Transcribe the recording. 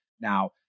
Now